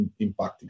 impacting